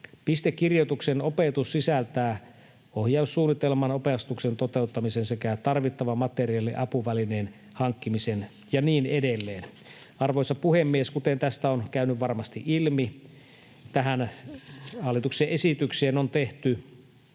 Pistekirjoituksen opetus sisältää ohjaussuunnitelman, opastuksen toteuttamisen sekä tarvittavan materiaalin ja apuvälineen hankkimisen ja niin edelleen. Arvoisa puhemies! Kuten tästä on käynyt varmasti ilmi, tähän hallituksen esitykseen on tehty